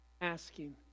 Asking